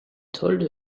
told